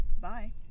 Bye